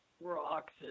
rocks